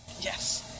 Yes